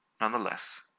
nonetheless